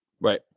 Right